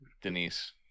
Denise